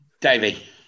Davey